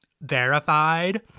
verified